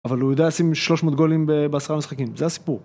אבל הוא יודע לשים 300 גולים בעשרה משחקים, זה הסיפור.